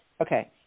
okay